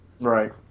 Right